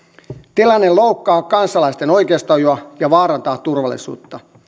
tilanne loukkaa kansalaisten oikeustajua ja vaarantaa turvallisuutta